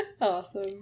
awesome